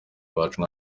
wacu